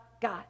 God